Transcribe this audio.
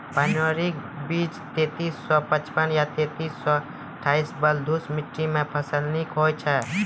Pioneer बीज तेंतीस सौ पचपन या तेंतीस सौ अट्ठासी बलधुस मिट्टी मे फसल निक होई छै?